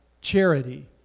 charity